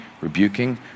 rebuking